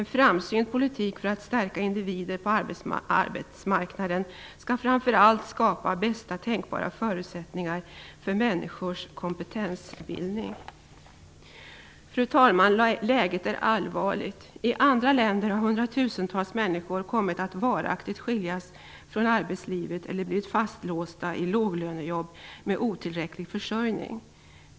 En framsynt politik för att stärka individer på arbetsmarknaden skall framför allt skapa bästa tänkbara förutsättningar för människors kompetensbildning. Fru talman! Läget är allvarligt. I andra länder har hundratusentals människor kommit att varaktigt skiljas från arbetslivet eller blivit fastlåsta i låglönejobb med otillräcklig försörjning.